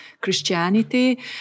Christianity